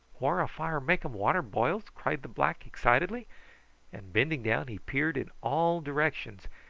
whar a fire makum water boils? cried the black excitedly and bending down he peered in all directions,